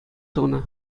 тунӑ